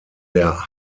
der